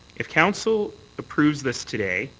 if council approves this today,